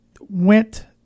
Went